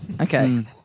Okay